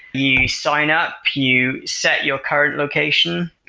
you sign-up, you set your current location,